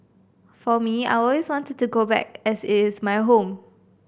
for me I always want to go back as it is my home